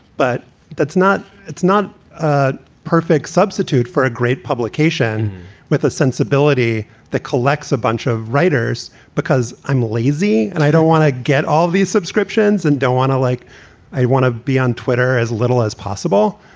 but that's not it's not ah perfect substitute for a great publication with a sensibility that collects a bunch of writers. because i'm lazy and i don't want to get all of these subscriptions and don't want to like i want to be on twitter as little as possible.